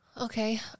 Okay